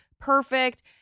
perfect